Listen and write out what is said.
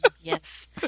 yes